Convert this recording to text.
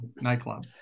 nightclub